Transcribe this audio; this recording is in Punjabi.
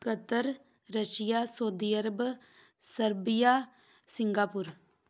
Qatar Russia Saudi Arab Serbia Singapore